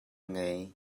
ngei